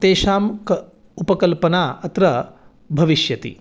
तेषां क उपकल्पना अत्र भविष्यति